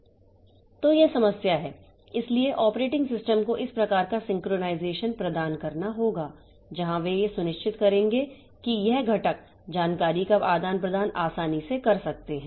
तो यह समस्या है इसलिए ऑपरेटिंग सिस्टम को इस प्रकार का सिंक्रनाइज़ेशन प्रदान करना होगा जहां वे यह सुनिश्चित करेंगे कि यह घटक जानकारी का आदान प्रदान आसानी से कर सकते हैं